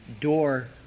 door